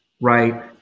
Right